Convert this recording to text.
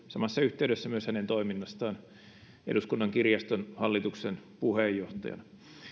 samassa yhteydessä myös hänen toiminnastaan eduskunnan kirjaston hallituksen puheenjohtajana